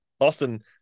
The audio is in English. Austin